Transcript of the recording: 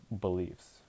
beliefs